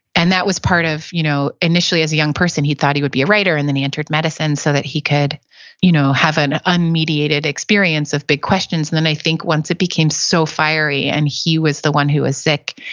and that was part of, you know initially as a young person, he thought he would be a writer and then he entered medicine so that he could you know have an unmediated experience of big questions, and then i think once it became so fiery and he was the one who was sick,